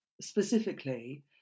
specifically